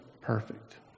perfect